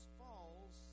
falls